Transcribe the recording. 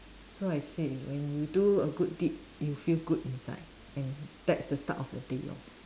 so I said when you do a good deed you feel good inside and that's the start of your day lor